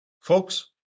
Folks